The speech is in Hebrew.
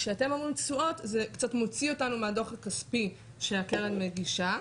כשאתם אומרים תשואות זה קצת מוציא אותנו מהדו"ח הכספי שהקרן מגישה,